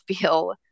feel